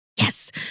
Yes